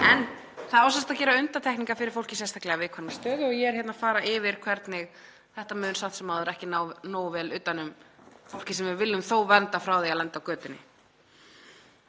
En það á sem sagt að gera undantekningar fyrir fólk í sérstaklega viðkvæmri stöðu og ég er hérna að fara yfir hvernig þetta mun samt sem áður ekki ná nógu vel utan um fólkið sem við viljum þó vernda frá því að lenda á götunni.